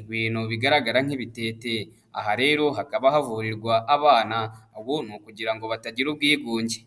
ibintu bigaragara nk'ibitete, aha rero hakaba havurirwa abana, ubu ni ukugira ngo batagira ubwigunge.